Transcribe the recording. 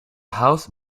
house